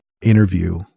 interview